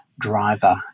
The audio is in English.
driver